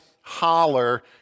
holler